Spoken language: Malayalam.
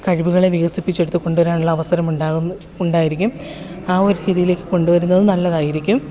കഴിവുകളെ വികസിപ്പിച്ചെടുത്ത് കൊണ്ടുവരാനുള്ള അവസരം ഉണ്ടാകും ഉണ്ടായിരിക്കും ആ ഒരു രീതിയിലേക്ക് കൊണ്ടുവരുന്നത് നല്ലതായിരിക്കും